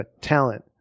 talent